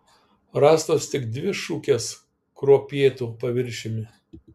rastos tik dvi šukės kruopėtu paviršiumi